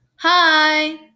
Hi